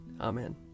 Amen